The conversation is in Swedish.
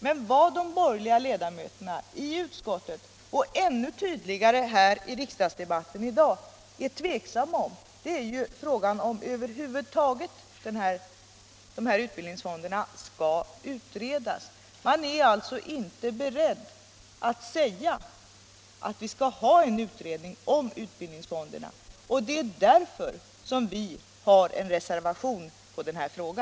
Men vad de borgerliga ledamöterna i utskottet och ännu tydligare i riksdagsdebatten i dag är tveksamma om är huruvida dessa utbildningsfonder över huvud taget skall utredas. Man är alltså inte beredd att säga att vi skall ha en utredning om utbildningsfonderna. Det är därför som vi har en reservation i denna fråga.